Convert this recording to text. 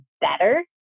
better